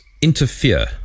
interfere